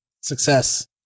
Success